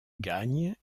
gagne